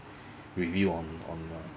review on on uh